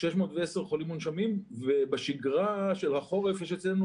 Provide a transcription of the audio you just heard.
610 חולים מונשמים ובשגרה של החורף יש אצלנו